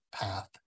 path